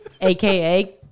aka